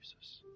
Jesus